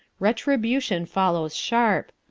retribution follows sharp.